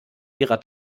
ihrer